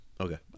Okay